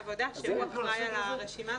וההבדל ביניהן הוא שעות הפעילות והמיקום שלהן.